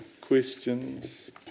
Questions